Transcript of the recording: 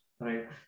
Right